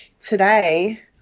today